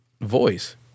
voice